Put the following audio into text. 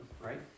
right